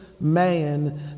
man